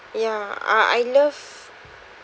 ya uh I love